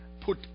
put